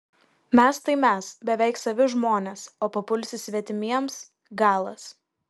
mes tai mes beveik savi žmonės o papulsi svetimiems galas